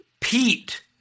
Pete